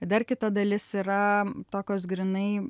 dar kita dalis yra tokios grynai